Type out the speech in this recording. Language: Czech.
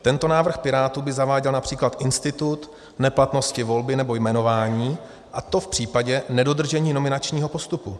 Tento návrh Pirátů by zaváděl například institut neplatnosti volby nebo jmenování, a to v případě nedodržení nominačního postupu.